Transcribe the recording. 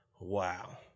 Wow